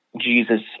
Jesus